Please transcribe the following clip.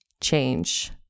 change